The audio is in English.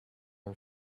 her